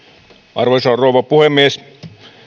arvoisa rouva puhemies